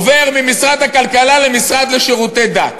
עוברים ממשרד הכלכלה למשרד לשירותי דת.